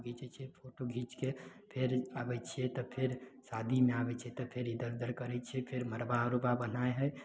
photo घीचिके फेर आबय छियै तऽ आदमी आबय छै तऽ इधर उधर करय छियै फेर मड़बा उड़बा बन्हाइ हइ